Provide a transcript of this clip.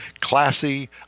classy